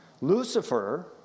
Lucifer